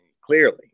clearly